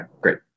great